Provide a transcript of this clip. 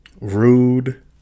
rude